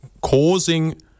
causing